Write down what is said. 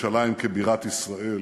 לירושלים כבירת ישראל,